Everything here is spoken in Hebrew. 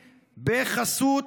בחסות,